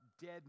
dead